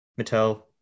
Mattel